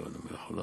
העולם